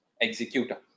executor